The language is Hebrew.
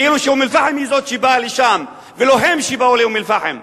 כאילו אום-אל-פחם היא זו שבאה לשם ולא הם שבאו לאום-אל-פחם.